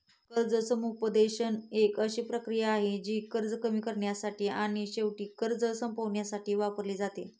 कर्ज समुपदेशन एक अशी प्रक्रिया आहे, जी कर्ज कमी करण्यासाठी आणि शेवटी कर्ज संपवण्यासाठी वापरली जाते